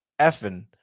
effing